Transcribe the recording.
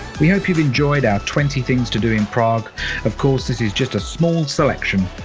we hope you've enjoyed our twenty things to do in prague of course this is just a small selection.